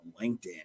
LinkedIn